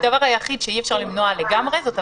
הדבר היחיד שאי אפשר למנוע לגמרי זאת הפגנה.